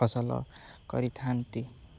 ଫସଲ କରିଥାନ୍ତି